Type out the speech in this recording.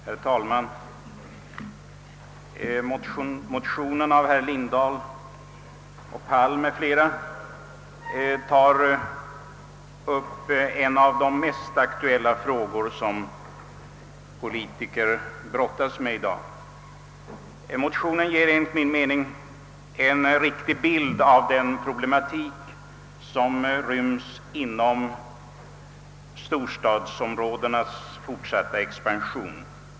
Herr talman! Den motion som väckts av herrar Lindahl och Palm m.fl. tar upp en av de mest aktuella frågor som våra politiker har att brottas med i dag. Enligt min mening ger motionen en riktig bild av den problematik som rymmes inom storstadsområdenas fortsatta expansion.